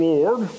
Lord